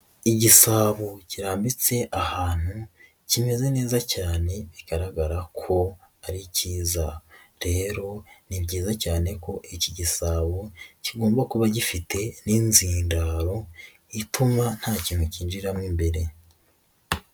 Igisabo kirambitse ahantu, kimeze neza cyane, bigaragara ko ari cyiza. Rero ni byiza cyane ko iki gisabo kigomba kuba gifite n'inzindaro, ituma nta kintu cyinjiramo imbere.